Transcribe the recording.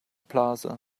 plaza